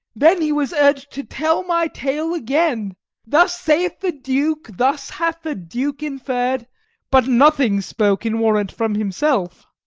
then he was urg'd to tell my tale again thus saith the duke, thus hath the duke inferr'd but nothing spoke in warrant from himself.